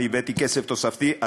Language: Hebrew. אני הבאתי כסף תוספתי,